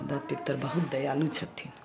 देव पितर बहुत दयालु छथिन